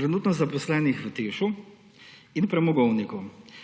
trenutno zaposlenih v TEŠ in premogovniku,